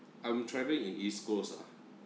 I'm travelling in east coast ah